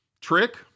trick